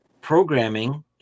programming